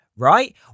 Right